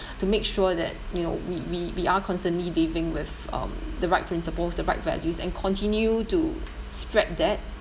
to make sure that you know we we we are constantly living with um the right principles the right values and continue to spread that